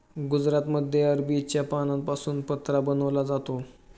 गुजरातमध्ये अरबीच्या पानांपासून पत्रा बनवला जातो